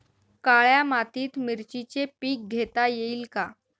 काळ्या मातीत मिरचीचे पीक घेता येईल का?